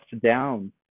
down